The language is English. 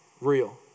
real